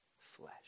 Flesh